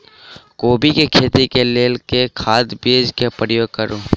कोबी केँ खेती केँ लेल केँ खाद, बीज केँ प्रयोग करू?